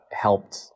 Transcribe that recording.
helped